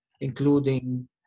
including